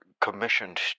commissioned